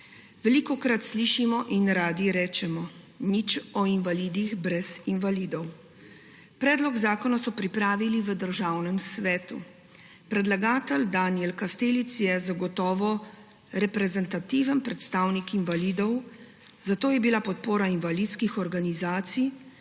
Velikokrat slišimo in radi rečemo, nič o invalidih brez invalidov. Predlog zakona so pripravili v Državnem svetu. Predlagatelj Danijel Kastelic je zagotovo reprezentativen predstavnik invalidov, zato je bila podpora invalidskih organizacij